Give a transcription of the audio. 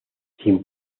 sin